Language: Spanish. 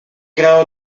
creado